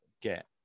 get